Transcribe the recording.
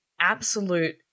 absolute